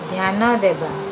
ଧ୍ୟାନ ଦେବା